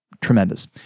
Tremendous